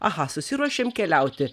aha susiruošėm keliauti